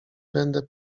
będę